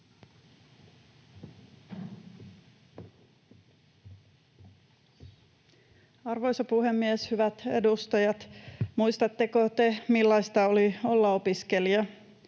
Arvoisa puhemies! Hyvät edustajat, muistatteko te, millaista oli olla opiskelija?